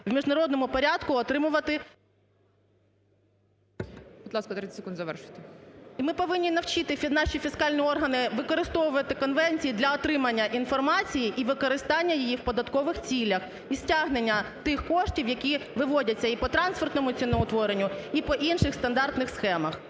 в міжнародному порядку отримувати… ГОЛОВУЮЧИЙ. Будь ласка, 30 секунд завершуйте. ОСТІРКОВА Т.Г. І ми повинні навчити наші фіскальні органи використовувати конвенції для отримання інформації, і використання її у податкових цілях, і стягнення тих коштів, які виводяться, і по трансфертному ціноутворенню і по інших стандартних схемах.